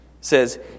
Says